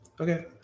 Okay